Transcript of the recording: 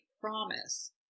promise